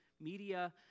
media